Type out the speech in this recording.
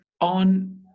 on